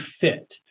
fit